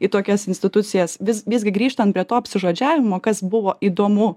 į tokias institucijas vis visgi grįžtant prie to apsižodžiavimo kas buvo įdomu